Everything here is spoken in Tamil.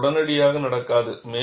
இது உடனடியாக நடக்காது